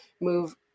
move